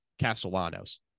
Castellanos